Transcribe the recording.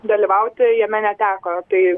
dalyvauti jame neteko tai